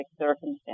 circumstances